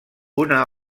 una